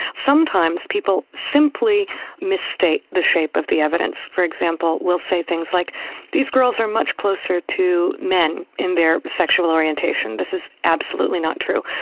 sometimes people simply mistake the shape of the evidence. for example will say things like these girls are much closer to men in their sexual orientation this is absolutely not true.